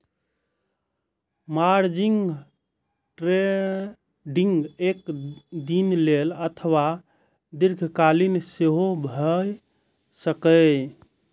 margin trading एक दिन लेल अथवा दीर्घकालीन सेहो भए सकैए